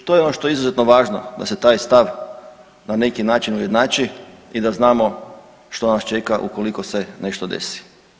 I to je ono što je izuzetno važno da se taj stav na neki način ujednači i da znam što nas čeka ukoliko se nešto desi.